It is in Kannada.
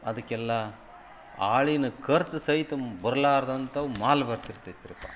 ಅದಕ್ಕೆಲ್ಲ ಆಳಿನ ಖರ್ಚು ಸಹಿತ ಬರ್ಲಾರ್ದಂಥವು ಮಾಲು ಬರ್ತಿತ್ರೈತ್ರಪ್ಪ